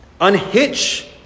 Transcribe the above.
Unhitch